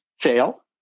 fail